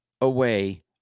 away